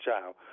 child